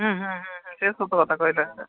ହୁଁ ହୁଁ ହୁଁ ସେଇଟା ସତ କଥା କହିଲେ